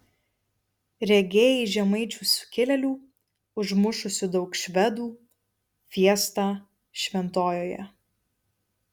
regėjai žemaičių sukilėlių užmušusių daug švedų fiestą šventojoje